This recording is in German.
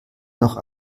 noch